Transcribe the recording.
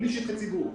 בלי שטחי ציבור.